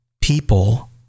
people